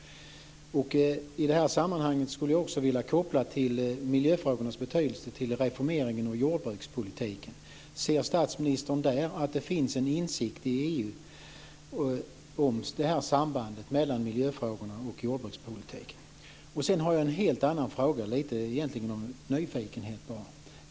I det här sammanhanget skulle jag också vilja koppla till miljöfrågornas betydelse när det gäller reformeringen av jordbrukspolitiken. Ser statsministern att det finns en insikt i EU om det här sambandet mellan miljöfrågorna och jordbrukspolitiken? Sedan har jag en helt annan fråga. Det är egentligen bara av nyfikenhet.